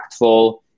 impactful